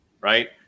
right